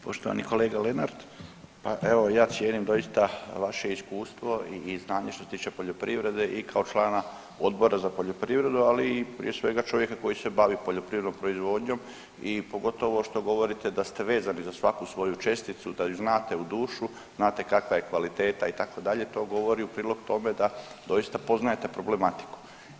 Poštovani kolega Lenart pa evo ja cijenim doista vaše iskustvo i znanje što se tiče poljoprivrede i kao člana Odbora za poljoprivredu, ali i prije svega čovjeka koji se bavi poljoprivrednom proizvodnjom i pogotovo što govorite da ste vezani za svaku svoju česticu, da ju znate u dušu, znate kakva je kvaliteta itd., to govori u prilog tome da doista poznajete problematiku.